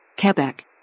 Quebec